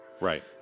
Right